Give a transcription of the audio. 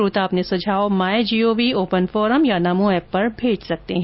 श्रोता अपने सुझाव माई जीओवी ओपन फोरम या नमो एप पर दर्ज करा सकते हैं